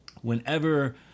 whenever